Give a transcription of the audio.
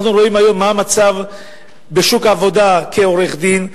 אנחנו רואים היום מה המצב בשוק העבודה כעורך-דין,